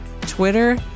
Twitter